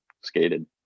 skated